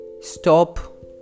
stop